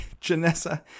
Janessa